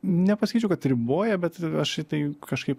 nepasakyčiau kad riboja bet aš į tai kažkaip